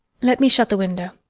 let me shut the window.